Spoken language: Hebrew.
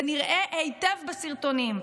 וזה נראה היטב בסרטונים.